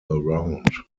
around